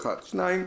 שנית,